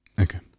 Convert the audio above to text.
Okay